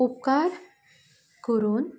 उपकार करून